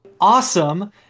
awesome